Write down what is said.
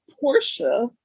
Portia